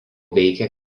veikė